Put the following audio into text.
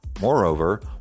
Moreover